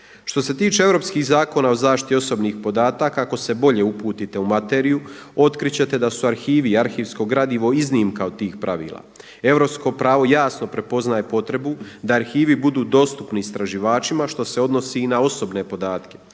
Što se tiče europskih zakona o zaštiti osobnih podataka ako se bolje uputite u materiju otkriti ćete da su arhivi i arhivsko gradivo iznimka od tih pravila. Europsko pravo jasno prepoznaje potrebu da arhivi budu dostupni istraživačima što se odnosi i na osobne podatke.